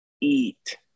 eat